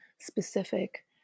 specific